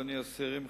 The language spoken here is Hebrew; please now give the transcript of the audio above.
רבותי השרים,